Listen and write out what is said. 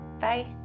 bye